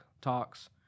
talks